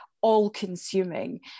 all-consuming